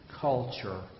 culture